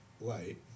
light